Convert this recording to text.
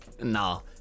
No